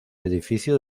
edificio